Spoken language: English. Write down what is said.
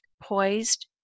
poised